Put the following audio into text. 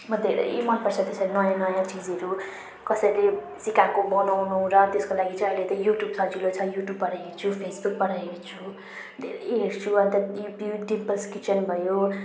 म धेरै मन पर्छ त्यसरी नयाँ नयाँ चिजहरू कसैले सिकाएको बनाउनु र त्यसको लागि चाहिँ अहिले त युट्युब सजिलो युट्युबबाट हेर्छु फेसबुकबाट हेर्छु धेरै हेर्छु अनि त डिम्पल्स किचन भयो